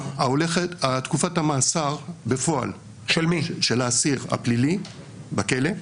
תקופת המאסר בפועל של האסיר הפלילי בכלא.